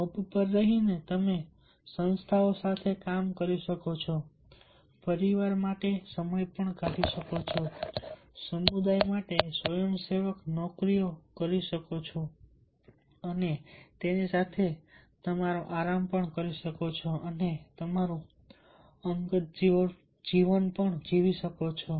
job પર રહીને તમે સંસ્થાઓમાં કામ કરી શકો છો પરિવાર માટે સમય કાઢી શકો છો સમુદાય માટે સ્વયંસેવક નોકરીઓ કરી શકો છો અને આરામ અને તમારું અંગત જીવન પણ જીવી શકો છો